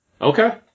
Okay